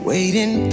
Waiting